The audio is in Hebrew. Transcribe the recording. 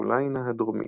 שבקרוליינה הדרומית.